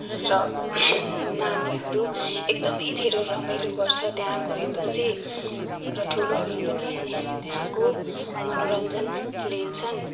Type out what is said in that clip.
र नानीहरू एकदमै धेरै रमाइलो गर्छ त्यहाँ गएपछि र ठुलोहरू पनि त्यहाँको मनोरञ्जन लिन्छन्